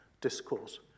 discourse